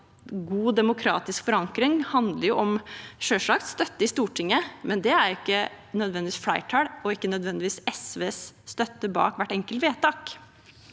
god demokratisk forankring selvsagt handler om støtte i Stortinget, men det er ikke nødvendigvis et flertall der, og man har ikke nødvendigvis SVs støtte bak hvert enkelt vedtak.